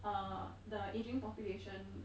uh the aging population